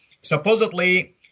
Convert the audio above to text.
supposedly